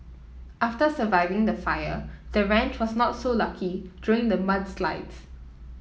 after surviving the fire the ranch was not so lucky during the mudslides